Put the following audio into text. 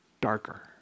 darker